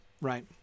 right